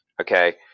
Okay